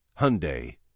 Hyundai